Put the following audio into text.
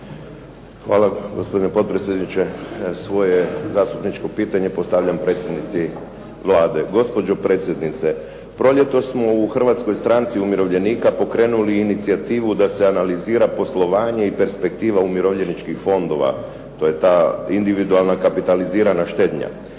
Hvala gospodine potpredsjedniče. Svoje zastupničko pitanje postavljam predsjednici Vlade. Gospođo predsjednice proljetos smo u Hrvatskoj stranci umirovljenika pokrenuli inicijativu da se analizira poslovanje i perspektiva umirovljeničkih fondova. To je ta individualna, kapitalizirana štednja.